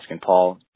Paul